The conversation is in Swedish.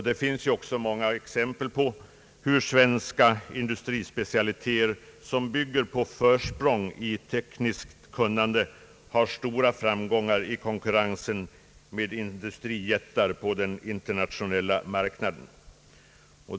Det finns också många exempel på hur svenska industrispecialiteter, som bygger på försprång i tekniskt kunnande, har stora framgångar i konkurrensen med industrijättar på den internationella marknaden.